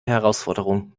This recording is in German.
herausforderung